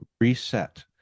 reset